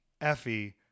Effie